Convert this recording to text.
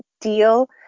deal